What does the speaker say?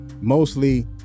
mostly